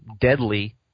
deadly